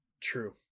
True